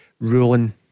ruling